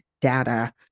data